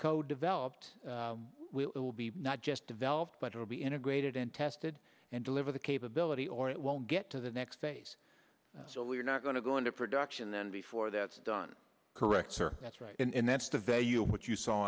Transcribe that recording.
code developed we will be not just developed but will be integrated and tested and deliver the capability or it won't get to the next phase so we're not going to go into production then before that's done correct or that's right and that's the value of what you saw